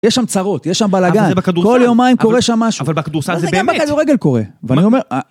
יש שם צרות, יש שם בלאגן- אבל זה בכדורסל- כל יומיים קורה שם משהו. אבל בכדורסל זה באמת... זה גם בכדורגל קורה. ואני אומר...